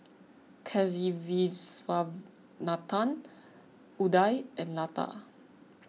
Kasiviswanathan Udai and Lata